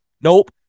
Nope